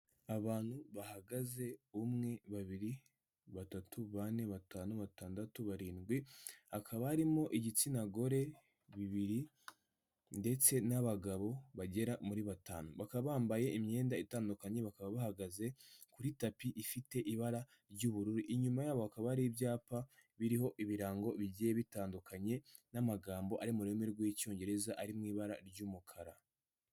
Abantu bahagaze: umwe, babiri, batatu, bane, batanu, batandatu, barindwi. akaba arimo igitsina gore babiri ndetse, n'abagabo bagera muri batanu bakaba bambaye imyenda itandukanye bakaba bahagaze kwi tapi ifite ibara ry'ubururu inyuma yabo bakaba ari ibyapa biriho ibirango bigiye bitandukanye n'amagambo ari mu rurimi rw'icyongereza ari mu ibara ry'umukara.